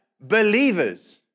believers